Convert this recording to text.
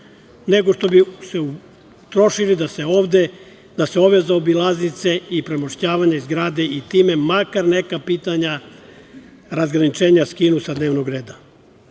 nego što bi se utrošilo da se ove zaobilaznice i premošćavanja izgrade i time makar neka pitanja razgraničenja skinu sa dnevnog reda.